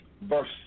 Verse